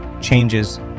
changes